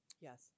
Yes